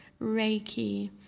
reiki